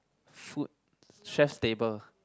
food stress table